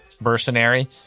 mercenary